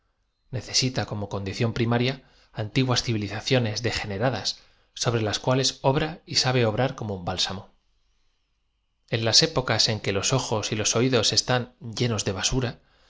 necesita como condición prim aria antiguas civilizaciones degeneradas sobre las cuales obra y sabe obrar como un bálsamo en las épocas en que los ojos y los oídos están llenos de basura